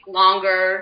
longer